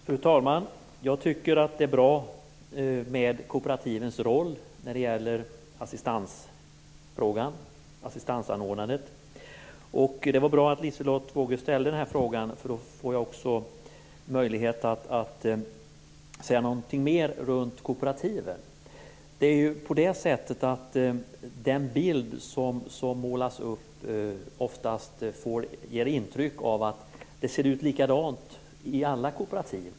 Fru talman! Jag tycker att det är bra med kooperativens roll när det gäller assistansanordnandet. Det var bra att Liselotte Wågö ställde den här frågan. Då får jag också möjlighet att säga någonting mer runt kooperativen. Den bild som målas upp ger oftast intryck av att det ser likadant ut i alla kooperativ.